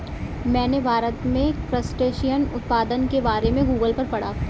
मैंने भारत में क्रस्टेशियन उत्पादन के बारे में गूगल पर पढ़ा